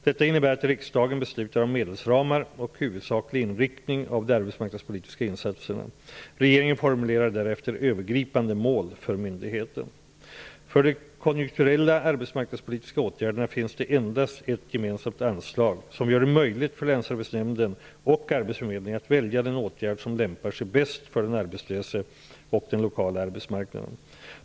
Detta innebär att riksdagen beslutar om medelsramar och huvudsaklig inriktning av de arbetsmarknadspolitiska insatserna. Regeringen formulerar därefter övergripande mål för myndigheten. För de konjunkturella arbetsmarknadspolitiska åtgärderna finns det endast ett gemensamt anslag som gör det möjligt för länsarbetsnämnden och arbetsförmedlingen att välja den åtgärd som lämpar sig bäst för den arbetslöse och den lokala arbetsmarknaden.